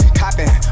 copping